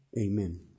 amen